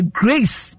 grace